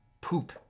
poop